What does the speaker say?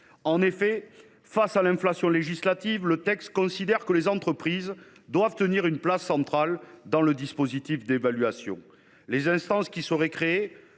En effet, face à l’inflation législative, les auteurs du texte considèrent que les entreprises « doivent tenir une place centrale dans le dispositif d’évaluation ». Les instances qui seraient créées